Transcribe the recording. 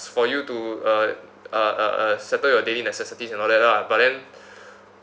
it's for you to uh uh uh uh settle your daily necessities and all that lah but then